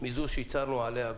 זו שכבר הצהרנו עליה,